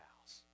house